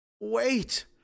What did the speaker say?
wait